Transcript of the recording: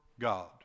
God